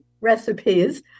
recipes